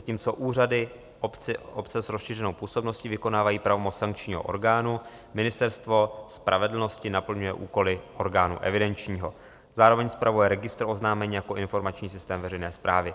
Zatímco úřady obce s rozšířenou působností vykonávají pravomoc sankčního orgánu, Ministerstvo spravedlnosti naplňuje úkoly orgánu evidenčního, zároveň spravuje registr oznámení jako informační systém veřejné správy.